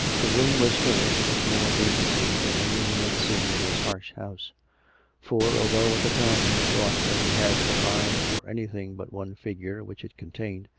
the room was furnished with more decency than any he had seen in this harsh house for, although at the time he thought that he had no eyes for anything but one figure which it contained,